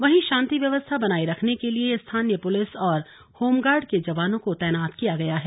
वहीं शांति व्यवस्था बनाये रखने के लिए स्थानीय पुलिस और होमगार्ड के जवानों को तैनात किया गया है